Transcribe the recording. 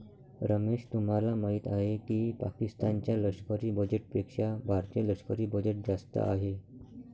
रमेश तुम्हाला माहिती आहे की पाकिस्तान च्या लष्करी बजेटपेक्षा भारतीय लष्करी बजेट जास्त आहे